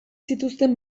zituen